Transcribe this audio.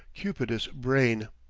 cupidous brain.